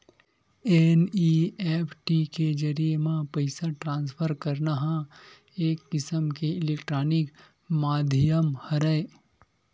NEFT के जरिए म पइसा ट्रांसफर करना ह एक किसम के इलेक्टानिक माधियम हरय